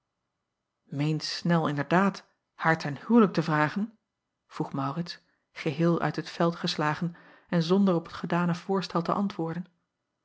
eent nel inderdaad haar ten huwelijk te vragen vroeg aurits geheel uit het veld geslagen en zonder op het gedane voorstel te antwoorden